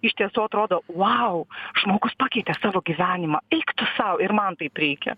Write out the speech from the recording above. iš tiesų atrodo vau žmogus pakeitė savo gyvenimą eik tu sau ir man taip reikia